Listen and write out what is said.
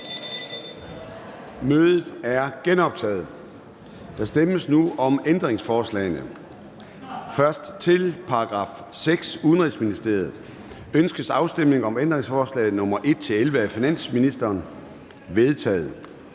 Mødet er genoptaget. Der stemmes nu om ændringsforslagene. Til § 6. Udenrigsministeriet. Ønskes afstemning om ændringsforslag nr. 1-11 af finansministeren? De er vedtaget.